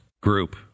group